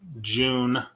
June